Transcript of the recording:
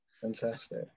Fantastic